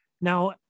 Now